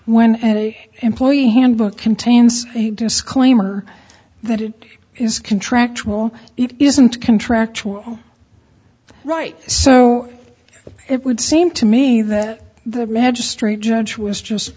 an employee handbook contains a disclaimer that it is contractual it isn't contractual right so it would seem to me that the magistrate judge was just